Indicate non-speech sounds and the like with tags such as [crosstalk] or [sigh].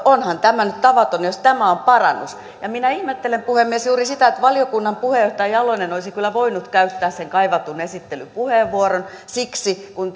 onhan tämä nyt tavatonta jos tämä on parannus minä ihmettelen puhemies juuri sitä että valiokunnan puheenjohtaja jalonen olisi kyllä voinut käyttää sen kaivatun esittelypuheenvuoron kun [unintelligible]